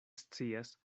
scias